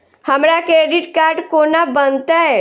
हमरा credit card कोना बनतै?